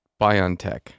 BioNTech